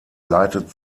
leitet